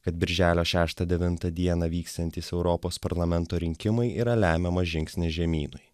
kad birželio šeštą devintą dieną vyksiantys europos parlamento rinkimai yra lemiamas žingsnis žemynui